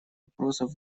вопросов